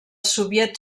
soviet